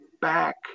back